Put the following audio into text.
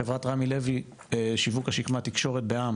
חברת רמי לוי שיווק השקמה תקשורת בע״מ